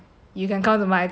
you can come to my class